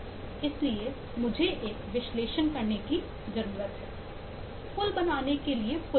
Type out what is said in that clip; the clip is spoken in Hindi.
इसलिए मुझे एक विश्लेषण करने की जरूरत है पुल बनाने के लिए पुलिंदा